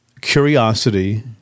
curiosity